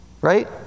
Right